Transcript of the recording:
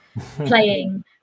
playing